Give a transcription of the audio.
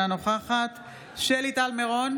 אינה נוכחת שלי טל מירון,